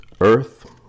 earth